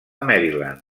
maryland